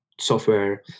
software